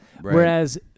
Whereas